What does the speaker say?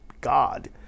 God